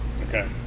okay